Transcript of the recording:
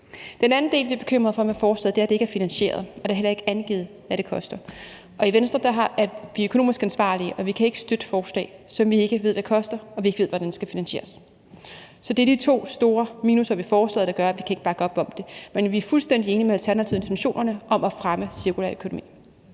Den anden del, vi er bekymret for ved forslaget, er, at det ikke er finansieret, og det er heller ikke angivet, hvad det koster. I Venstre er vi økonomisk ansvarlige, og vi kan ikke støtte forslag, som vi ikke ved hvad koster og vi ikke ved hvordan skal finansieres. Så det er disse to store minusser ved forslaget, der gør, at vi ikke kan bakke op om det; men vi er fuldstændig enige med Alternativet i intentionerne om at fremme cirkulær økonomi.